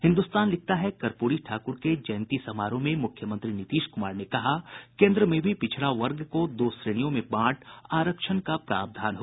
हिन्दुस्तान लिखता है कर्पूरी ठाकुर के जयंती समारोह में मुख्यमंत्री नीतीश कुमार ने कहा केंद्र में भी पिछड़ा वर्ग को दो श्रेणियों में बांट आरक्षण का प्रावधान हो